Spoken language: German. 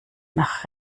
nach